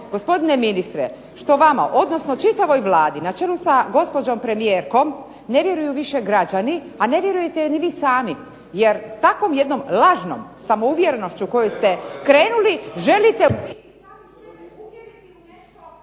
gospodine ministre što vama, odnosno čitavoj Vladi na čelu sa gospođom premijerkom ne vjeruju više građani, a ne vjerujete niti vi sami. Jer takvom jednom lažnom samouvjerenošću s kojom ste krenuli, želite